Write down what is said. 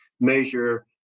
measure